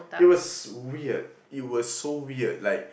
it was weird it was so weird like